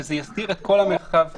שזה יסדיר את כל המרחב הקיים.